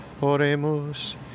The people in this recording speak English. Oremus